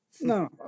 no